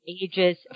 ages